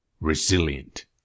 resilient